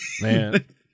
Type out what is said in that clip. man